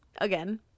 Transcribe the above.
Again